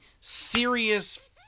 serious